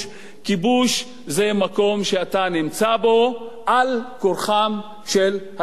כיבוש זה מקום שאתה נמצא בו על-כורחם של האזרחים.